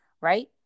Right